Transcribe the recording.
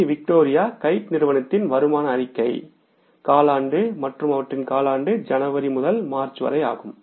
C Victoria Kite நிறுவனத்தின் வருமான அறிக்கை காலாண்டு மற்றும் அவற்றின் காலாண்டு ஜனவரி முதல் மார்ச் வரை ஆகும்